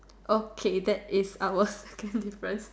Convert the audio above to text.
okay that is our second difference